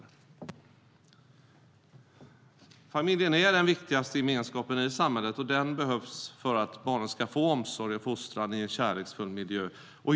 Familjen är den viktigaste gemenskapen i samhället, och den behövs för att barnen ska få omsorg och fostran i en kärleksfull miljö.